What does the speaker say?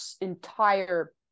entire